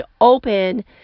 open